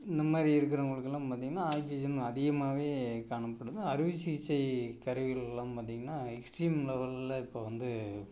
இந்த மாதிரி இருக்கிறவங்களுக்கெல்லாம் பார்த்திங்கன்னா ஆக்ஜிஜன் அதிகமாகவே காணப்படுது அறுவை சிகிச்சை கருவிகள்லாம் பார்த்திங்கன்னா எக்ஸ்ட்ரீம் லெவல்ல இப்போ வந்து